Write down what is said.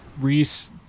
Reese